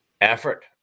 effort